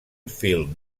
film